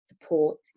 support